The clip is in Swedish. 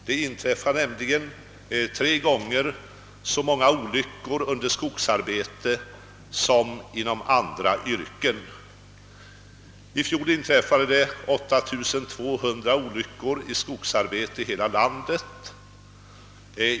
Det inträffar tre gånger så många olyckor i skogsarbete som i andra yrken, I fjol inträffade 8 200 olyckor i skogsarbete i hela landet.